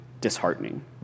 disheartening